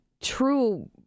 true